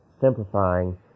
simplifying